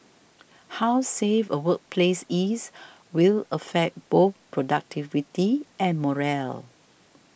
how safe a workplace is will affect both productivity and morale